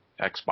Xbox